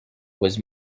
was